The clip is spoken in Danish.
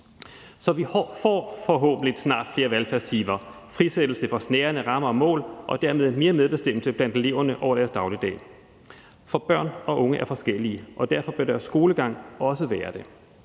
Så vi får forhåbentlig snart flere valgfagstimer, frisættelse fra snærende rammer og mål og dermed mere medbestemmelse blandt eleverne over deres dagligdag. For børn og unge er forskellige, og derfor bør deres skolegang også være det.